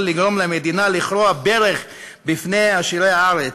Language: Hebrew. לגרום למדינה לכרוע ברך בפני עשירי הארץ.